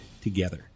together